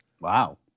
Wow